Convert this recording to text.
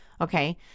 Okay